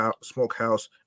Smokehouse